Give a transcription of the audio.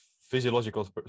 physiological